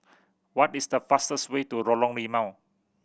what is the fastest way to Lorong Limau